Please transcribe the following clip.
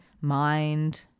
mind